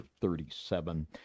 37